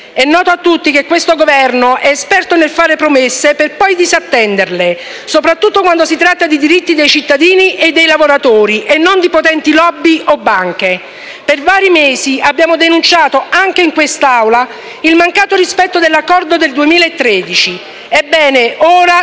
È noto a tutti che questo Governo è esperto nel fare promesse per poi disattenderle, soprattutto quando si tratti di diritti dei cittadini e dei lavoratori e non di potenti *lobby* o banche. Per vari mesi abbiamo denunciato, anche in questa Aula, il mancato rispetto dell'accordo del 2013. Ebbene, ora